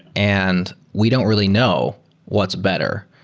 and we don't really know what's better.